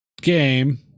game